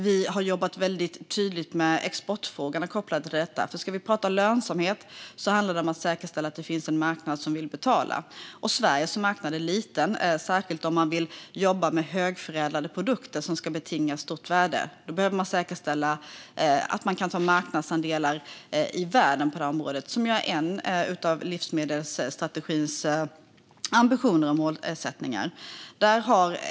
Vi har vidare tydligt jobbat med exportfrågor. Om vi ska prata lönsamhet handlar det om att säkerställa att det finns en marknad som vill betala. Sveriges marknad är liten, särskilt om man vill jobba med högförädlade produkter som ska betinga ett stort värde. Då behöver man säkerställa att man kan ta marknadsandelar i världen på området, vilket är en ambition i livsmedelsstrategin.